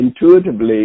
intuitively